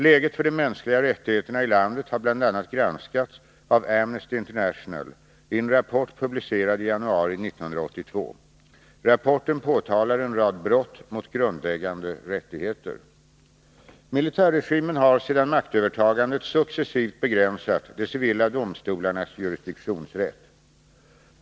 Läget för de mänskliga rättigheterna i landet har bl.a. granskats av Amnesty International i en rapport publicerad i januari 1982. Rapporten påtalar en rad brott mot grundläggande rättigheter. Militärregimen har sedan maktövertagandet successivt begränsat de civila domstolarnas jurisdiktionsrätt.